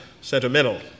sentimental